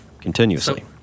continuously